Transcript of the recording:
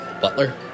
butler